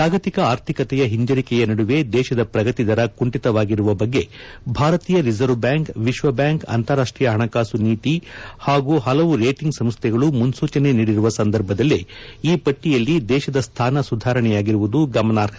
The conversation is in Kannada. ಜಾಗತಿಕ ಆರ್ಥಿಕತೆಯ ಹಿಂಜರಿಕೆಯ ನಡುವೆ ದೇಶದ ಪ್ರಗತಿ ದರ ಕುಂಠಿತವಾಗಿರುವ ಬಗ್ಗೆ ಭಾರತೀಯ ರಿಸರ್ವ್ ಬ್ಯಾಂಕ್ ವಿಶ್ಲ ಬ್ಯಾಂಕ್ ಅಂತರಾಷ್ಟೀಯ ಹಣಕಾಸು ನೀತಿ ಹಾಗೂ ಹಲವು ರೇಟಿಂಗ್ ಸಂಸ್ತೆಗಳು ಮುನ್ನೂಚನೆ ನೀಡಿರುವ ಸಂದರ್ಭದಲ್ಲೇ ಈ ಪಟ್ಟಿಯಲ್ಲಿ ದೇಶದ ಸ್ತಾನ ಸುಧಾರಣೆಯಾಗಿರುವುದು ಗಮನಾರ್ಹ